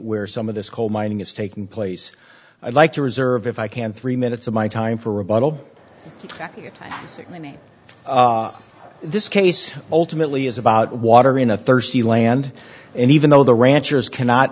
where some of this coal mining is taking place i'd like to reserve if i can three minutes of my time for rebuttal i mean this case ultimately is about water in a thirsty land and even though the ranchers cannot